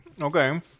Okay